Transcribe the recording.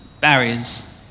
barriers